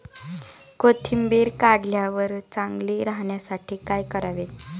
कोथिंबीर काढल्यावर चांगली राहण्यासाठी काय करावे?